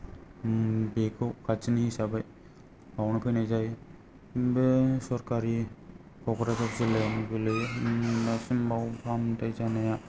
बेखौ खाथिनि हिसाबै बेयावनो फैनाय जायो बे सरकारि क'क्राझार जिल्लायावनो गोलैयो मबेबा समाव फाहामथाय जानाया